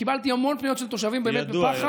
קיבלתי המון פניות של תושבים בפחד.